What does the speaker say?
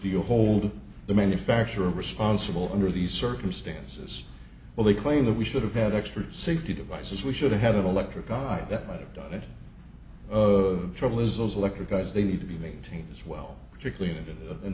you hold the manufacturer responsible under these circumstances where they claim that we should have had extra safety devices we should have had an electric eye that might have done it trouble is those electric eyes they need to be maintained as well particularly in an